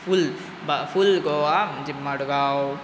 फुल full Goa म्हणजे मडगांव